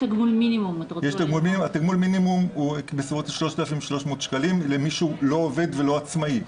תגמול המינימום הוא בסביבות 3,300 שקלים למי שהוא לא עובד ולא עצמאי.